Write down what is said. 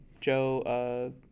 Joe